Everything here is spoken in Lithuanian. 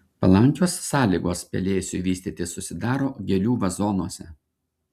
palankios sąlygos pelėsiui vystytis susidaro gėlių vazonuose